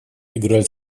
играть